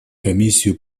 комиссию